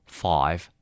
five